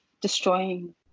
destroying